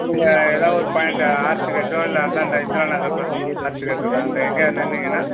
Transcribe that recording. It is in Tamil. நீங்கள் எதாவது ஒரு பாயிண்டு ஆர்ச் கேட்டோ இல்லை அந்தாண்டை இந்திரா நகரில் ப ஆர்ச் கேட் இருக்கு அங்கே எங்கையாவது நின்னீங்கன்னா